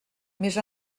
més